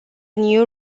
new